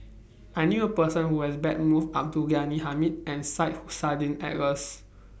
I knew A Person Who has Met Both Abdul Ghani Hamid and Syed Hussein Alatas